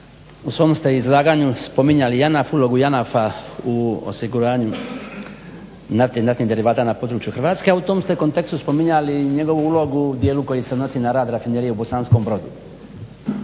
u svom ste izlaganju spominjali JANAF, ulogu JANAF-a u osiguranju naftne i naftnih derivata na području Hrvatske a u tom ste kontekstu spominjali njegovu ulogu u dijelu koji se odnosi na rad Rafinerije nafte u Bosanskom Brodu.